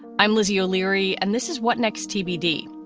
i'm lizzie o'leary and this is what next tbd,